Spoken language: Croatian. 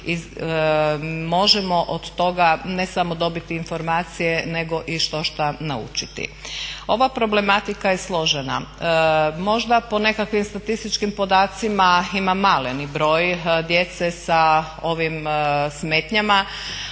i možemo od toga ne samo dobiti informacije nego i štošta naučiti. Ova problematika je složena, možda po nekakvim statističkim podacima ima maleni broj djece sa ovim smetnjama,